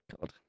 God